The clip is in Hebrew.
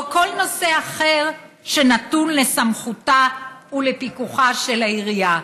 או כל נושא אחר שנתון לסמכותה ולפיקוחה של העירייה,